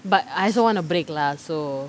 but I also want a break lah so